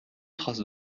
trace